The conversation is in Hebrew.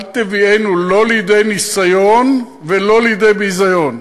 אל תביאנו לא לידי ניסיון ולא לידי ביזיון.